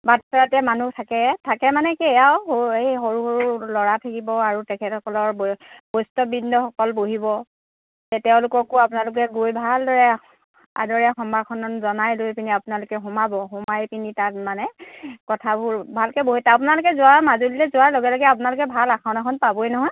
বাটচ'ৰাতে মানুহ থাকে থাকে মানে কি আৰু এই সৰু সৰু ল'ৰা থাকিব আৰু তেখেতসকলৰ বৈষ্ণৱবৃন্দসকল বহিব তেওঁলোককো আপোনালোকে গৈ ভালদৰে আদৰে সম্ভাষণ জনাই লৈ পিনি আপোনালোকে সোমাব সোমাই পিনি তাত মানে কথাবোৰ ভালকৈ বহি আপোনালোকে যোৱা মাজুলীলে যোৱাৰ লগে লগে আপোনালোকে ভাল আসন এখন পাবই নহয়